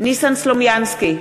ניסן סלומינסקי,